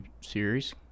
series